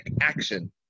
action